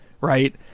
right